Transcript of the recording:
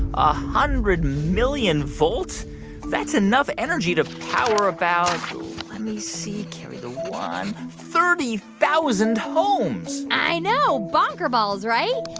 a hundred million volts that's enough energy to power about let me see carry the one thirty thousand homes i know, bonkerballs, right?